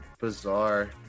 bizarre